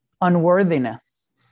unworthiness